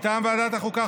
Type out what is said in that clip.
מטעם ועדת החוקה,